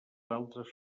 altres